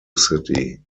city